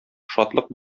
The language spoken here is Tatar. шатлык